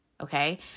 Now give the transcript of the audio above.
okay